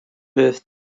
moved